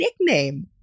nickname